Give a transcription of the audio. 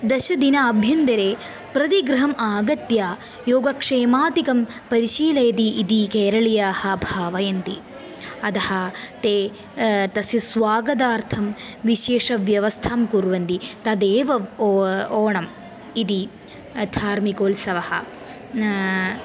दशदिनाभ्यन्तरे प्रतिगृहम् आगत्य योगक्षेमादिकं परिशीलयति इति केरळीयाः भावयन्ति अतः ते तस्य स्वागतार्थं विशेषव्यवस्थां कुर्वन्ति तदेव ओ ओणम् इति धार्मिकोत्सवः